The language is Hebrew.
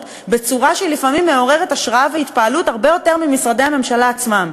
בצורה שלפעמים מעוררת השראה והתפעלות הרבה יותר ממשרדי הממשלה עצמם.